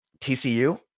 TCU